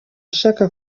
ashaka